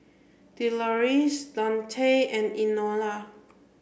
Deloris Daunte and Enola